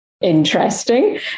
interesting